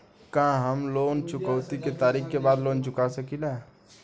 का हम लोन चुकौती के तारीख के बाद लोन चूका सकेला?